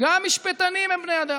גם משפטנים הם בני אדם,